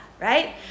right